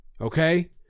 Okay